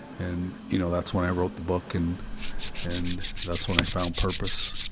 and you know, that's when i wrote the book, and and that's when i found purpose,